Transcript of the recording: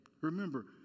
Remember